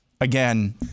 again